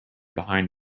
behind